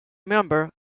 member